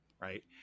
right